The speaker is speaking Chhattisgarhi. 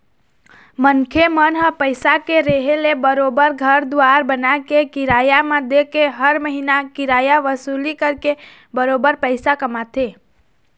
मनखे मन ह पइसा के रेहे ले बरोबर घर दुवार बनाके, किराया म देके हर महिना किराया वसूली करके बरोबर पइसा कमाथे